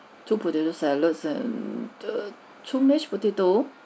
two potato salads and err two mashed potato